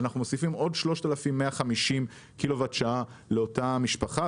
אנחנו מוספים עוד 3,150 קילו וואט שעה לאותה משפחה,